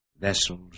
vessels